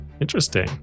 interesting